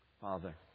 Father